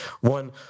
One